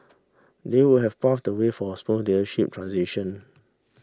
they would have pave the way for a smooth leadership transition